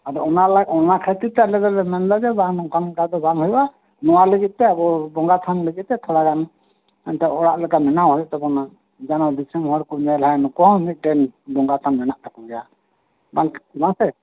ᱟᱫᱚ ᱚᱱᱟ ᱞᱟᱜᱤᱜ ᱚᱱᱟ ᱠᱷᱟᱛᱤᱨ ᱛᱮ ᱟᱞᱮ ᱫᱚᱞᱮ ᱢᱮᱱ ᱫᱟ ᱡᱮ ᱵᱟᱝ ᱱᱚᱝᱠᱟ ᱞᱮᱠᱷᱟᱡ ᱫᱚ ᱵᱟᱝ ᱦᱩᱭᱩᱜᱼᱟ ᱱᱚᱣᱟ ᱞᱟᱹᱜᱤᱜ ᱛᱮ ᱟᱵᱚ ᱵᱚᱸᱜᱟ ᱛᱷᱟᱱ ᱞᱟᱹᱜᱤᱜ ᱛᱮ ᱛᱷᱚᱲᱟ ᱜᱟᱱ ᱮᱱᱛᱮᱫ ᱚᱲᱟᱜ ᱞᱮᱠᱟ ᱵᱮᱱᱟᱣ ᱦᱩᱭᱩᱜ ᱛᱟᱵᱚᱱᱟ ᱡᱮᱱᱚ ᱫᱤᱥᱚᱢ ᱦᱚᱲ ᱠᱚ ᱧᱮᱞᱟ ᱱᱩᱠᱩᱣᱟᱜ ᱢᱤᱫᱴᱮᱱ ᱵᱚᱸᱜᱟ ᱛᱷᱟᱱ ᱢᱮᱱᱟᱜ ᱛᱟᱠᱚ ᱜᱮᱭᱟ ᱵᱟᱝ ᱵᱟᱝ ᱥᱮ